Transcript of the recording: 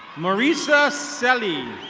maurisa selly.